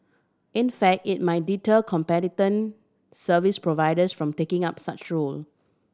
in fact it might deter competent service providers from taking up such role